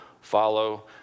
follow